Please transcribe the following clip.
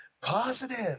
Positive